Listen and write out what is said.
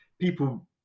people